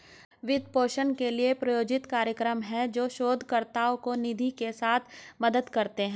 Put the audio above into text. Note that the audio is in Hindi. वित्त पोषण के लिए, प्रायोजित कार्यक्रम हैं, जो शोधकर्ताओं को निधि के साथ मदद करते हैं